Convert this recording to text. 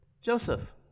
Joseph